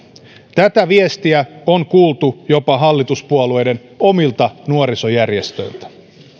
tätä viestiä on kuultu jopa hallituspuolueiden omilta nuorisojärjestöiltä